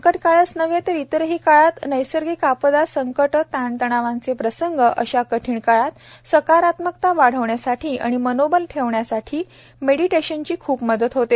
corona संकटकाळच नव्हे तर इतरही काळात नैसर्गिक आपदा संकटे ताणतणावांचे प्रसंग अशा कठीण काळात सकारात्मकता वाढविण्यासाठी व मनोबल दृढ ठेवण्यासाठी मेडिटेशनची खूप मदत होते